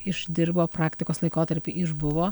išdirbo praktikos laikotarpį išbuvo